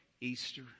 Easter